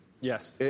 Yes